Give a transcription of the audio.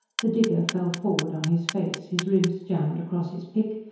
the digger fell forward on his face, his ribs jammed across his pick,